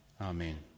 Amen